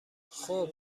خوب